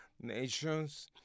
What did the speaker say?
nations